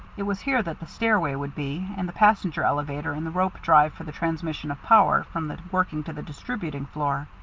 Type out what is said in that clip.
it was here that the stairway would be, and the passenger elevator, and the rope-drive for the transmission of power from the working to the distributing floor.